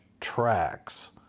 tracks